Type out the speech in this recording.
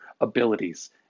abilities